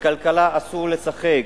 בכלכלה אסור לשחק,